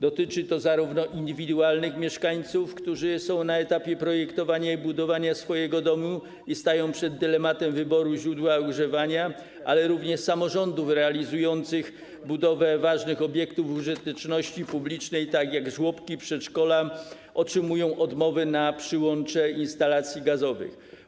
Dotyczy to zarówno indywidualnych mieszkańców, którzy są na etapie projektowania i budowania swojego domu i stają przed dylematem wyboru źródła ogrzewania, jak i samorządów realizujących budowę ważnych obiektów użyteczności publicznej, takich jak żłobki, przedszkola, o czym mówią odmowy, jeżeli chodzi o przyłącza instalacji gazowych.